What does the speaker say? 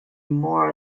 more